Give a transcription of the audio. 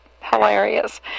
hilarious